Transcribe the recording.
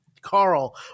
Carl